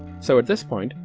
so at this point,